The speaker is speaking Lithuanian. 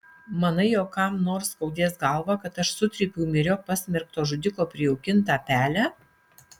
manai jog kam nors skaudės galvą kad aš sutrypiau myriop pasmerkto žudiko prijaukintą pelę